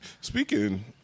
Speaking